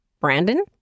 Brandon